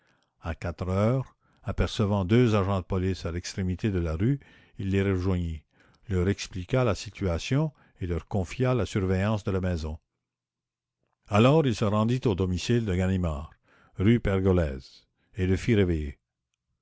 à quatre heures apercevant deux agents de police à l'extrémité de la rue il les rejoignit leur expliqua la situation et leur confia la surveillance de la maison alors il se rendit au domicile de ganimard rue pergolèse et le fit réveiller